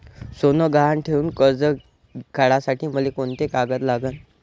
सोनं गहान ठेऊन कर्ज काढासाठी मले कोंते कागद लागन?